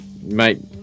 mate